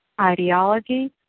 ideology